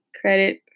credit